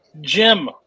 Jim